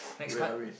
where are we